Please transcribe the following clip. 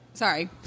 Sorry